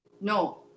No